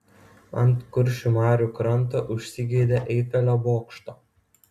ant kuršių marių kranto užsigeidė eifelio bokšto